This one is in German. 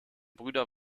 brüder